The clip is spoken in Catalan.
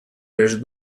les